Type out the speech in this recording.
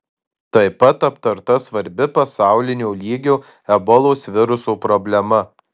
tai pat aptarta svarbi pasaulinio lygio ebolos viruso problema